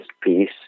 peace